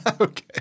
Okay